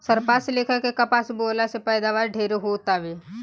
सरपास लेखा के कपास बोअला से पैदावार ढेरे हो तावे